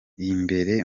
imbere